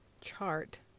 chart